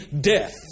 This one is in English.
death